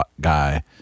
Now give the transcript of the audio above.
guy